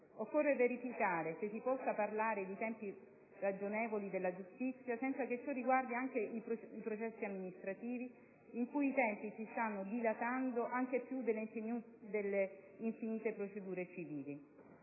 Occorre verificare se si possa parlare di tempi ragionevoli della giustizia senza che ciò riguardi anche i processi amministrativi, in cui i tempi si stanno dilatando anche più delle infinite procedure civili.